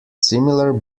similar